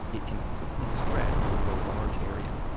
it can quickly spread over a large area.